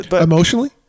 Emotionally